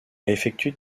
effectué